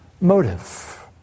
motive